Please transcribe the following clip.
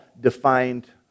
defined